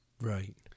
Right